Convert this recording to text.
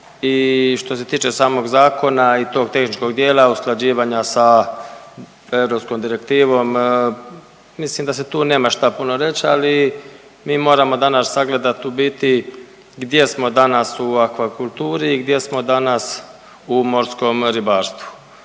I što se tiče samog zakona i tog tehničkog dijela usklađivanja europskom direktivom mislim da se tu nema šta puno reći, ali mi moramo danas sagledati u biti gdje smo danas u akvakulturi i gdje smo danas u morskom ribarstvu.